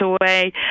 away